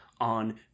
on